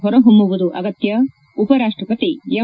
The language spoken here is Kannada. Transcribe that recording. ಹೊರಹೊಮ್ಮುವುದು ಅಗತ್ಯ ಉಪರಾಷ್ಟ ಪತಿ ಎಂ